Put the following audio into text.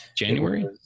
January